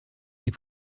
est